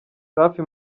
safi